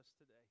today